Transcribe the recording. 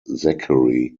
zachary